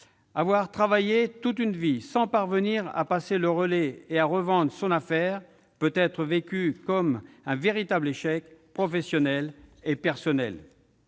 Avoir travaillé toute une vie sans parvenir à passer le relais et revendre son affaire peut être vécu comme un véritable échec professionnel et personnel.